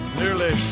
nearly